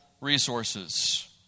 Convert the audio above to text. resources